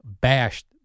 bashed